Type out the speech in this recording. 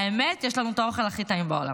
האמת, יש לנו האוכל הכי טעים בעולם.